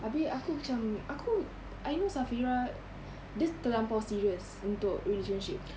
abeh aku macam aku I know safirah dia terlampau serious untuk relationship